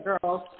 girls